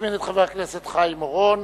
ומזמין את חבר הכנסת חיים אורון.